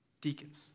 Deacons